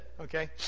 okay